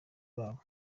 babo